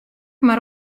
mar